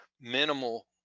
minimal